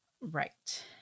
right